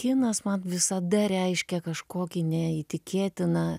kinas man visada reiškia kažkokį neįtikėtiną